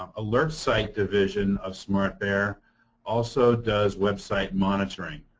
um alertsite division of smartbear also does website monitoring.